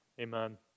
Amen